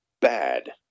bad